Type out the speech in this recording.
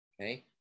Okay